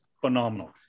phenomenal